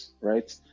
right